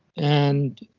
and